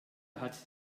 hat